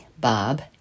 Bob